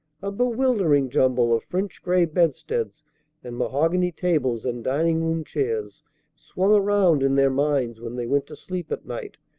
a bewildering jumble of french gray bedsteads and mahogany tables and dining-room chairs swung around in their minds when they went to sleep at night,